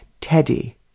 Teddy